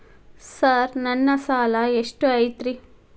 Sir ನನ್ನ ಸಾಲಾ ಎಷ್ಟು ಐತ್ರಿ?